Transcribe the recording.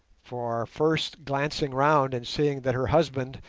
for, first glancing round and seeing that her husband,